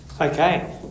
Okay